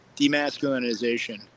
demasculinization